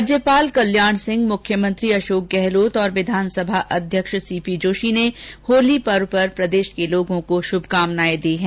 राज्यपाल कल्याण सिंह मुख्यमंत्री अशोक गहलोत और विधानसभा अध्यक्ष सीपी जोशी ने होली पर्व पर प्रदेश के लोगों को बधाई दी है